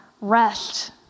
rest